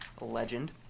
legend